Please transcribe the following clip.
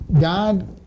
God